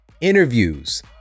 interviews